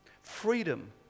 Freedom